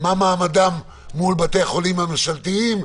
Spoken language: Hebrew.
מה מעמדם מול בתי החולים הממשלתיים,